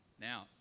Now